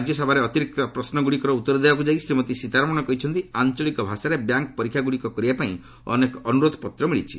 ରାଜ୍ୟସଭାରେ ଅତିରିକ୍ତ ପ୍ରଶ୍ୱଗୁଡ଼ିକର ଉତ୍ତର ଦେବାକୁ ଯାଇ ଶ୍ରୀମତୀ ସୀତାରମଣ କହିଛନ୍ତି ଆଞ୍ଚଳିକ ଭାଷାରେ ବ୍ୟାଙ୍କ୍ ପରୀକ୍ଷାଗ୍ରଡ଼ିକ କରିବାପାଇଁ ଅନେକ ଅନୁରୋଧ ପତ୍ର ମିଳିଛି